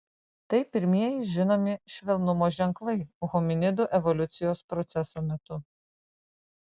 tai pirmieji žinomi švelnumo ženklai hominidų evoliucijos proceso metu